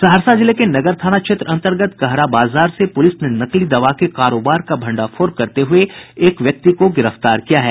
सहरसा जिले के नगर थाना क्षेत्र अन्तर्गत कहरा बाजार से पुलिस ने नकली दवा के कारोबार का भंडाफोड़ करते हुये एक व्यक्ति को गिरफ्तार किया है